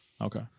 Okay